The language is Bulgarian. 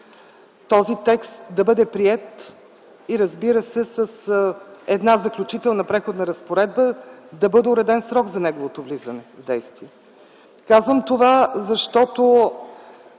този текст да бъде приет и, разбира се, с една заключителна преходна разпоредба да бъде уреден срок за неговото влизане в действие. Казвам това, защото